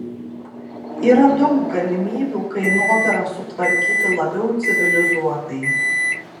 yra daug galimybių kainodarą sutvarkyti labiau civilizuotai